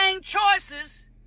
choices